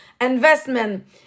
investment